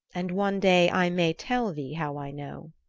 and one day i may tell thee how i know.